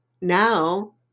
now